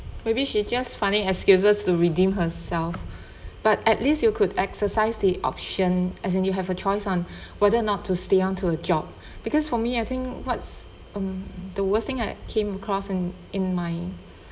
maybe she's just finding excuses to redeem herself but at least you could exercise the option as in you have a choice on whether or not to stay onto a job because for me I think what's um the worst thing I came across and in my